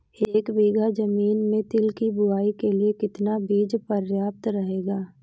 एक बीघा ज़मीन में तिल की बुआई के लिए कितना बीज प्रयाप्त रहेगा?